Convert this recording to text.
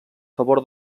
favor